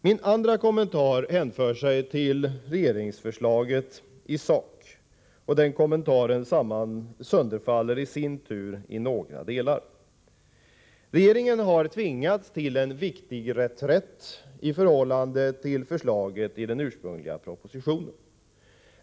Min andra kommentar hänför sig till regeringsförslaget i sak. Den kommentaren sönderfaller i sin tur i några delar. Regeringen har tvingats till en viktig reträtt i förhållande till förslaget i den ursprungliga propositionen.